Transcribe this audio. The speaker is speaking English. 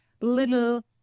little